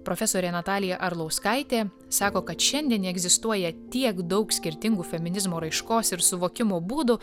profesorė natalija arlauskaitė sako kad šiandien egzistuoja tiek daug skirtingų feminizmo raiškos ir suvokimo būdų